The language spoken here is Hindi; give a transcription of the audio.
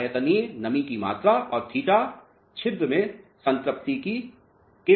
आयतनीय नमी की मात्रा और थीटा छिद्र में संतृप्ति के बराबर हैंa